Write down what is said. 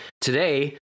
today